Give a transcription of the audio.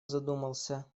задумался